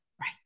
right